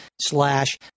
slash